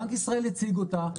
בנק ישראל הציג אותה,